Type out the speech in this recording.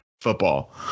football